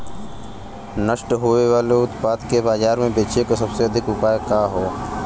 नष्ट होवे वाले उतपाद के बाजार में बेचे क सबसे अच्छा उपाय का हो?